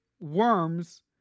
worms